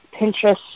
Pinterest